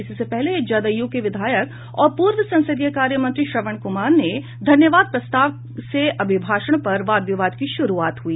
इससे पहले जदयू के विधायक और पूर्व संसदीय कार्य मंत्री श्रवण कुमार ने धन्यवाद प्रस्ताव से अभिभाषण पर वाद विवाद की शुरूआत हुई